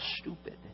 stupid